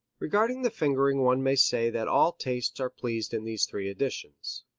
regarding the fingering one may say that all tastes are pleased in these three editions.